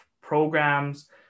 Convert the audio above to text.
programs